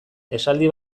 esaldi